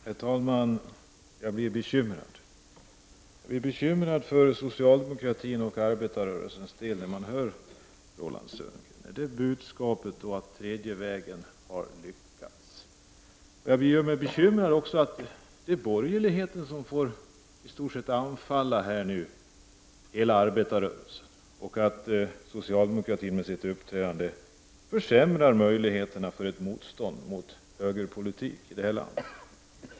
Herr talman! Jag blir bekymrad för socialdemokratins och arbetarrörelsens del när jag hör Roland Sundgren. Är budskapet att den tredje vägens politik har lyckats? Det gör mig också bekymrad att borgerligheten i stort sett får anfalla hela arbetarrörelsen och att socialdemokratin med sitt uppträdande försämrar möjligheterna att göra ett motstånd mot högerpolitik i det här landet.